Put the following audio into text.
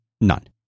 None